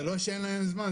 זה לא שאין להם זמן.